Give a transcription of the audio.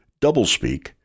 doublespeak